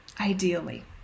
ideally